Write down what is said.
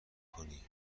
کنی